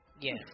Yes